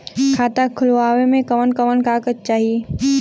खाता खोलवावे में कवन कवन कागज चाही?